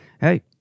hey